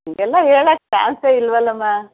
ಹೀಗೆಲ್ಲ ಹೇಳಕ್ಕೆ ಚಾನ್ಸೇ ಇಲ್ಲವಲ್ಲಮ್ಮ